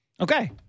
Okay